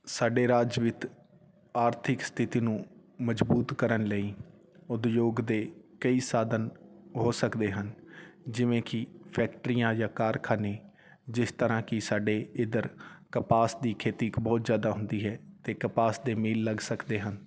ਸਾਡੇ ਰਾਜ ਵਿੱਤ ਆਰਥਿਕ ਸਥਿਤੀ ਨੂੰ ਮਜ਼ਬੂਤ ਕਰਨ ਲਈ ਉਦਯੋਗ ਦੇ ਕਈ ਸਾਧਨ ਹੋ ਸਕਦੇ ਹਨ ਜਿਵੇਂ ਕਿ ਫੈਕਟਰੀਆਂ ਜਾਂ ਕਾਰਖਾਨੇ ਜਿਸ ਤਰ੍ਹਾਂ ਕੀ ਸਾਡੇ ਇੱਧਰ ਕਪਾਸ ਦੀ ਖੇਤੀ ਇੱਕ ਬਹੁਤ ਜ਼ਿਆਦਾ ਹੁੰਦੀ ਹੈ ਅਤੇ ਕਪਾਸ ਦੇ ਮੀਲ ਲੱਗ ਸਕਦੇ ਹਨ